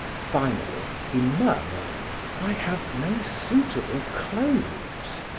finally he, murmured i have no suitable clothes.